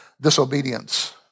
disobedience